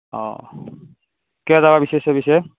অঁ কিয় যাব বিচাৰিছা পিছে